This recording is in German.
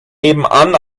nebenan